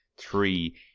three